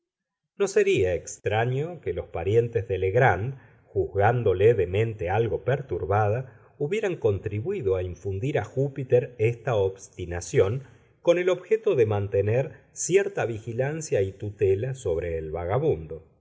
no sería extraño que los parientes de legrand juzgándole de mente algo perturbada hubieran contribuído a infundir a júpiter esta obstinación con el objeto de mantener cierta vigilancia y tutela sobre el vagabundo